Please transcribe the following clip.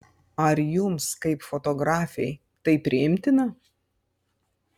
ar jums kaip fotografei tai priimtina